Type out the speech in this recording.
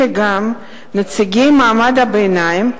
אלא גם נציגי מעמד הביניים,